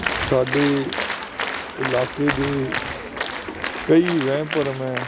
ਸਾਡੇ ਇਲਾਕੇ ਦੇ ਕਈ ਵਹਿਮ ਭਰਮ ਹੈ